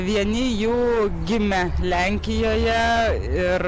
vieni jų gimę lenkijoje ir